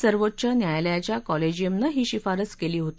सर्वोच्च न्यायालयाच्या कॉलेजिअमने ही शिफारस केली होती